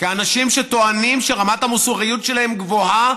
כאנשים שטוענים שרמת המוסריות שלהם גבוהה,